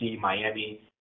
Miami